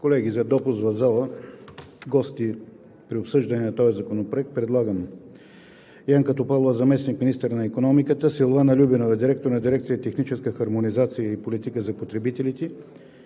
Колеги, за допуск в залата – гости при обсъждане на този законопроект предлагам: Янка Топалова – заместник-министър на икономиката, Силвана Любенова – директор на дирекция „Техническа хармонизация и политика за потребителите“,